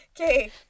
okay